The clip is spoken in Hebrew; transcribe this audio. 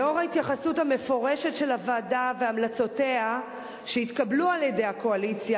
לאור ההתייחסות המפורשת של הוועדה והמלצותיה שהתקבלו על-ידי הקואליציה,